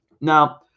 Now